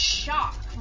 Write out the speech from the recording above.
shock